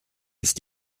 ist